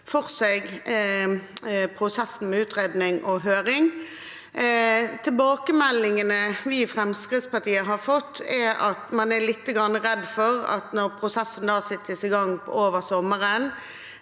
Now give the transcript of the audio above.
for seg prosessen med utredning og høring. Tilbakemeldingene vi i Fremskrittspartiet har fått, er at man er litt redd for – helt betimelig også – at når prosessen settes i gang over sommeren,